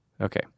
Okay